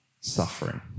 suffering